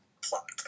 plot